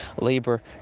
labor